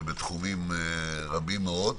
ותחומים רבים מאוד.